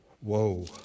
Whoa